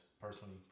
personally